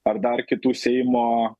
ar dar kitų seimo